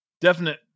definite